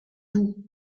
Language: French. vous